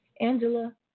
Angela